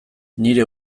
nire